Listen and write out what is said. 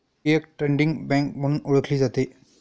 ही एक trading bank म्हणून ओळखली जाते